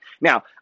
Now